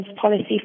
policy